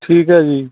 ਠੀਕ ਹੈ ਜੀ